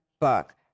book